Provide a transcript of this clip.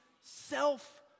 self